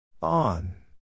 On